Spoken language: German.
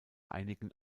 einigen